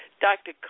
Dr